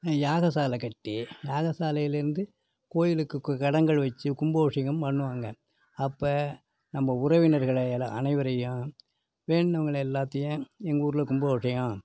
யாகசாலை கட்டி யாக சாலையிலருந்து கோயிலுக்கு கடங்கள் வச்சு கும்பாபிஷேகம் பண்ணுவாங்க அப்போ நம்ம உறவினர்கள் அனைவரையும் வேண்டுனவங்களை எல்லாத்தையும் எங்கள் ஊரில் கும்பாபிஷேகம்